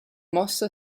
mosse